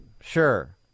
Sure